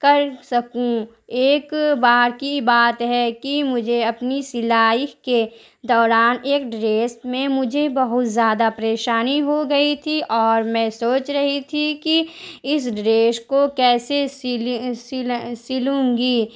کر سکوں ایک بار کی بات ہے کہ مجھے اپنی سلائی کے دوران ایک ڈریس میں مجھے بہت زیادہ پریشانی ہو گئی تھی اور میں سوچ رہی تھی کہ اس ڈریش کو کیسے سلیں سلیں سلوں گی